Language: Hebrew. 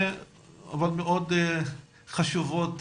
אבל מאוד חשובות,